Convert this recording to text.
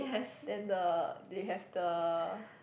then the they have the